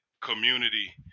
community